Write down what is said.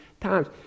times